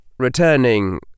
returning